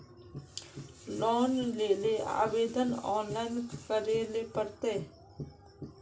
Loan लेले आवेदन online करे ले पड़ते?